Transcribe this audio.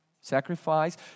Sacrifice